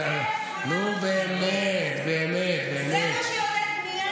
זה יהיה שינוי דרמטי בעיר הזאת,